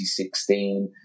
2016